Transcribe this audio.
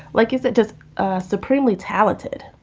like, is it just supremely talented?